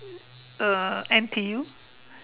uh N_T_U